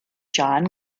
john